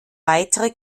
weitere